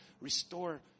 restore